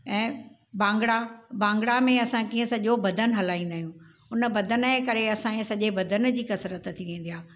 ऐं भांगड़ा भांगड़ा में असां कीअं सॼो बदन हलाईंदा आहियूं उन बदन जे करे असांजे सॼे बदन जी कसरतु थी वेंदी आहे